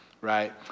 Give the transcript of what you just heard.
right